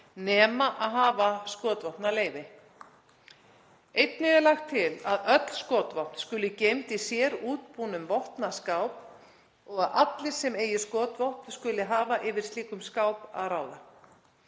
nema að hafa skotvopnaleyfi. Einnig er lagt til að öll skotvopn skuli geymd í sérútbúnum vopnaskáp og að allir sem eigi skotvopn skuli hafa yfir slíkum skáp að ráða.